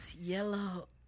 yellow